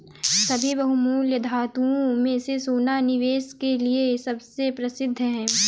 सभी बहुमूल्य धातुओं में से सोना निवेश के लिए सबसे प्रसिद्ध है